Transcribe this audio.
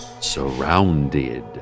surrounded